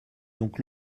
donc